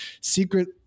secret